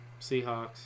Seahawks